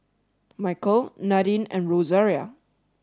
Michaele Nadine and Rosaria